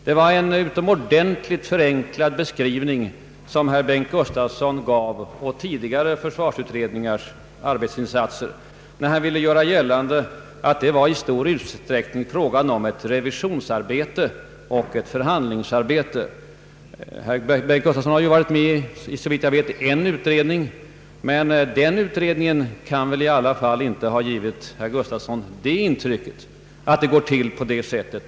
Det var en utomordentligt förenklad beskrivning herr Bengt Gustavsson gjorde av tidigare försvarsutredningars arbetsinsatser, när han ville göra gällande att det i stor utsträckning var fråga om ett revisionsoch förhandlingsarbete. Såvitt jag vet har herr Gustavsson varit med i en utredning, men den kan väl i alla fall inte ha givit herr Gustavsson intrycket att det går till på det sättet.